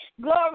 glory